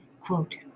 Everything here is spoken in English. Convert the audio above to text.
quote